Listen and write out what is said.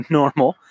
normal